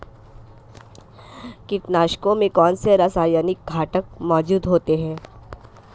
कीटनाशकों में कौनसे रासायनिक घटक मौजूद होते हैं?